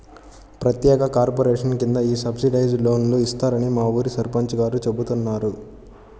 ప్రత్యేక కార్పొరేషన్ కింద ఈ సబ్సిడైజ్డ్ లోన్లు ఇస్తారని మా ఊరి సర్పంచ్ గారు చెబుతున్నారు